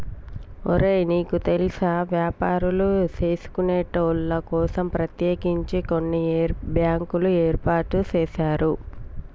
ఒరే నీకు తెల్సా వ్యాపారులు సేసుకొనేటోళ్ల కోసం ప్రత్యేకించి కొన్ని బ్యాంకులు ఏర్పాటు సేసారు